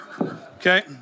Okay